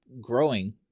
growing